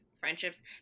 friendships